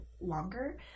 longer